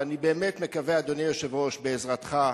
ואני באמת מקווה, אדוני היושב-ראש, בעזרתך,